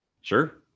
Sure